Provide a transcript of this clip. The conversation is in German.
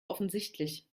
offensichtlich